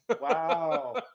Wow